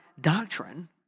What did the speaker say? doctrine